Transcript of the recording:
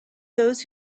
those